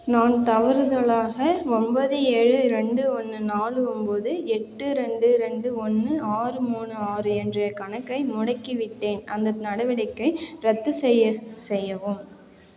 நான் தவறுதலாக ஒம்பது ஏழு ரெண்டு ஒன்று நாலு ஒம்பது எட்டு ரெண்டு ரெண்டு ஒன்று ஆறு மூணு ஆறு என்ற கணக்கை முடக்கிவிட்டேன் அந்த நடவடிக்கை ரத்து செய்ய செய்யவும்